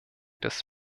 des